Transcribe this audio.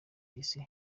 y’isi